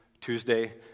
Tuesday